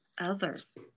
others